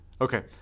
Okay